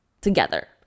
together